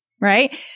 right